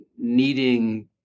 needing